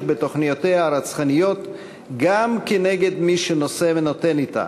בתוכניותיה הרצחניות גם כנגד מי שנושא ונותן אתה,